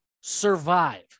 survive